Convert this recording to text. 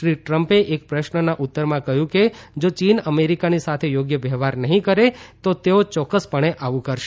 શ્રી ટ્રમ્પે એક પ્રશ્નના ઉત્તરમાં કહ્યું કે જો ચીન અમેરિકાની સાથે યોગ્ય વ્યવહાર નહીં કરે તો તેઓ યોક્ક્સપણે આવું કરશે